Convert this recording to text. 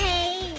Hey